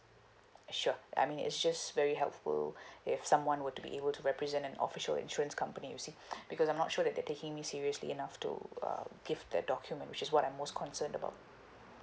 sure I mean it's just very helpful if someone were to be able to represent an official insurance company you see because I'm not sure that they're taking me seriously enough to uh give that document which is what I'm most concerned about